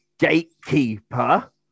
Gatekeeper